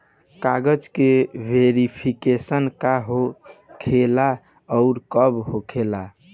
कागज के वेरिफिकेशन का हो खेला आउर कब होखेला?